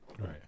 Right